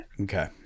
Okay